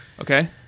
Okay